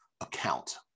account